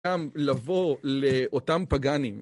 גם לבוא לאותם פגאנים.